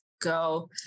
go